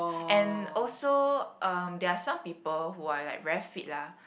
and also um there are some people who are like very fit lah